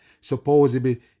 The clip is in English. supposedly